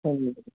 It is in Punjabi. ਹਾਂਜੀ